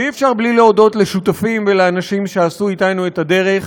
אי-אפשר בלי להודות לשותפים ולאנשים שעשו אתנו את הדרך.